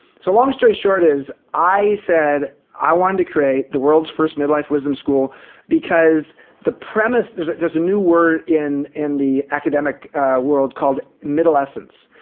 so long story short is, i said i wanted to create the world's first middle life wisdom school because the premise there's there's a new word in in the academic world called midolescents.